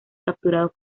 capturados